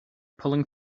pulling